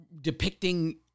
depicting